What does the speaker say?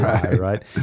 right